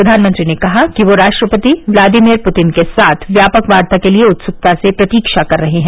प्रवानमंत्री ने कहा कि वे राष्ट्रपति व्लादीमिर पुतिन के साथ व्यापक वार्ता के लिए उत्सुकता से प्रतीक्षा कर रहे हैं